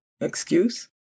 excuse